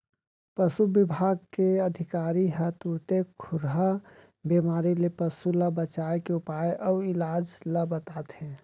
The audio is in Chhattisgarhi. पसु बिभाग के अधिकारी ह तुरते खुरहा बेमारी ले पसु ल बचाए के उपाय अउ इलाज ल बताथें